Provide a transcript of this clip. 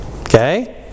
Okay